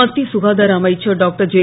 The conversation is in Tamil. மத்திய சுகாதார அமைச்சர் டாக்டர் ஜே